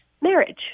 marriage